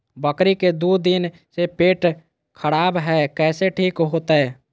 बकरी के दू दिन से पेट खराब है, कैसे ठीक होतैय?